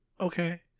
Okay